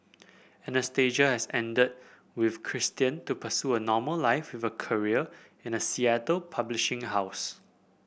Anastasia has ended with Christian to pursue a normal life with a career in a Seattle publishing house